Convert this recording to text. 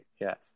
Yes